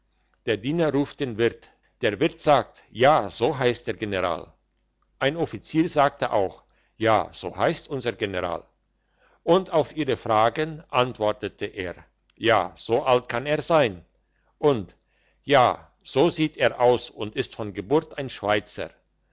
der diener ruft den wirt der wirt sagt ja so heisst der general ein offizier sagte auch ja so heisst unser general und auf ihre fragen antwortete er ja so alt kann er sein und ja so sieht er aus und ist von geburt ein schweizer